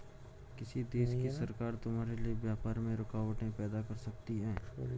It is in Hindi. किसी देश की सरकार तुम्हारे लिए व्यापार में रुकावटें पैदा कर सकती हैं